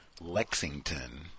Lexington